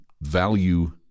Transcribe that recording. value